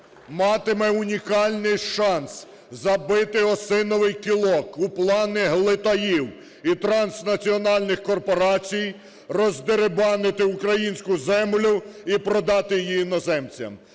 матиме унікальний шанс, забити осиновий кілок у плани глитаїв і транснаціональних корпорацій, роздерибанити українську землю і продати її іноземцям.